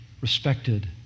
respected